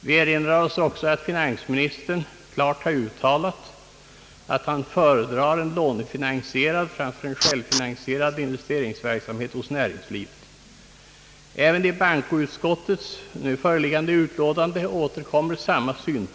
Vi erinrar oss också att finansministern klart har uttalat att han föredrar en lånfinansierad framför en självfinansierad investeringsverksamhet i näringslivet. Samma synpunkt återkommer i bankoutskottets nu föreliggande utlåtande.